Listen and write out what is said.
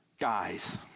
guys